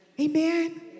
Amen